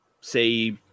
say